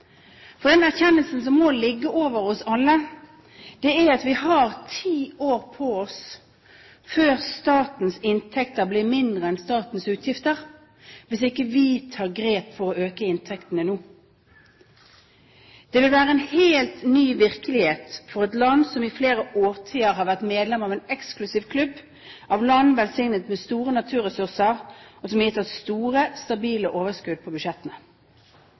For den erkjennelsen som må ligge over oss alle, er at vi har ti år på oss før statens inntekter blir mindre enn statens utgifter, hvis vi ikke tar grep for å øke inntektene nå. Det vil være en helt ny virkelighet for et land som i flere årtier har vært medlem av en eksklusiv klubb av land velsignet med store naturressurser, som har gitt oss store, stabile overskudd på budsjettene.